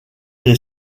est